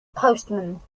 postman